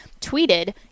tweeted